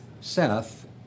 Seth